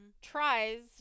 tries